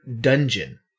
dungeon